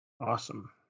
Awesome